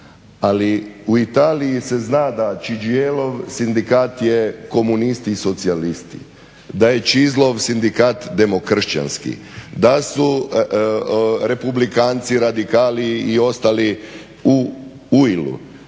Ali u Italiji se zna da …/Ne razumije se./… sindikat je komunisti i socijalisti, da je Chislow sindikat demokršćanski, da su republikanci, radikali i ostali u UIL-u.